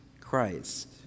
Christ